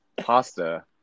pasta